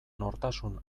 nortasun